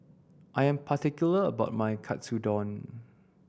I am particular about my Katsudon